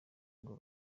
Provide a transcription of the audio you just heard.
ngo